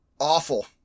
Awful